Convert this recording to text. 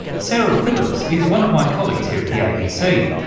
sara phillips is one of my colleagues here at the abc.